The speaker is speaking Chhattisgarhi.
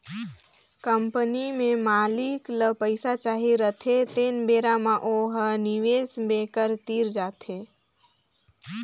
कंपनी में मालिक ल पइसा चाही रहथें तेन बेरा म ओ ह निवेस बेंकर तीर जाथे